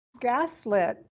Gaslit